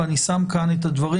ואני שם כאן את הדברים.